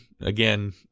Again